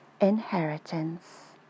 inheritance